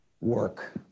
work